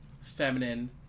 feminine